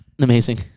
Amazing